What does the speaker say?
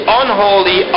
unholy